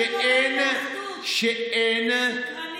שאין, שקרנים.